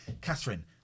Catherine